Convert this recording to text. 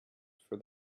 for